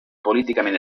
políticament